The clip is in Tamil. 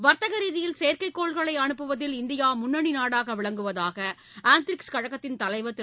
வர்த்தக ரீதியில் செயற்கைக்கோள்களை அனுப்புவதில் இந்தியா முன்னணி நாடாக விளங்குவதாக ஆந்திரிக்ஸ் கழகத்தின் தலைவர் திரு